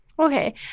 Okay